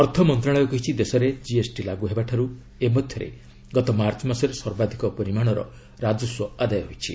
ଅର୍ଥ ମନ୍ତ୍ରଣାଳୟ କହିଛି ଦେଶରେ ଜିଏସ୍ଟି ଲାଗୁ ହେବାଠାରୁ ଏ ମଧ୍ୟରେ ଗତ ମାର୍ଚ୍ଚ ମାସରେ ସର୍ବାଧକ ପରିମାଣର ରାଜସ୍ୱ ଆଦାୟ ହୋଇଛି